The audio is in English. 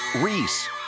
Reese